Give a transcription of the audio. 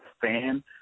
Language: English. fan